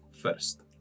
first